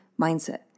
mindset